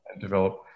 develop